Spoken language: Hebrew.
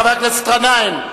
חבר הכנסת גנאים,